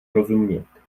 rozumět